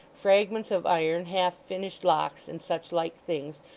fragments of iron, half-finished locks, and such like things,